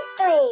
three